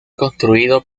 construido